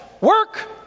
work